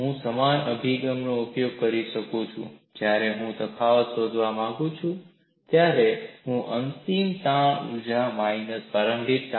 હું સમાન અભિગમનો ઉપયોગ કરી શકું છું અને જ્યારે હું તફાવત શોધવા માંગુ છું ત્યારે હું અંતિમ તાણ ઊર્જા માઇનસ પ્રારંભિક તાણ